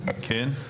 ירושלים,